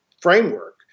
framework